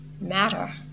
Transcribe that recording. matter